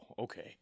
okay